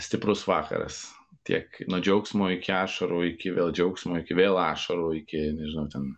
stiprus vakaras tiek nuo džiaugsmo iki ašarų iki vėl džiaugsmo iki vėl ašarų iki nežinau ten